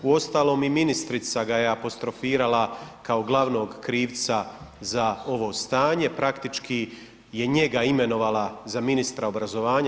Uostalom i ministrica ga je apostrofirala kao glavnog krivca za ovo stanje, praktički je njega imenovala za ministra obrazovanja.